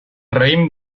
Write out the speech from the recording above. raïm